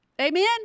Amen